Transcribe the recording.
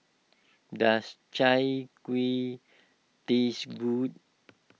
does Chai Kueh taste good